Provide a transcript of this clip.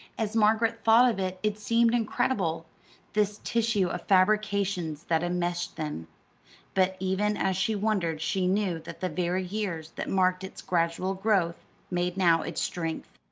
as margaret thought of it it seemed incredible this tissue of fabrications that enmeshed them but even as she wondered she knew that the very years that marked its gradual growth made now its strength.